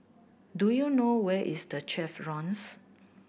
do you know where is The Chevrons